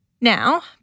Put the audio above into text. Now